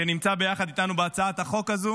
שנמצא ביחד איתנו בהצעת החוק הזו